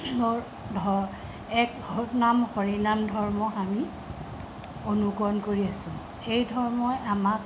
এক নাম হৰিনাম ধৰ্ম আমি অনুকৰণ কৰি আছোঁ এই ধৰ্মই আমাক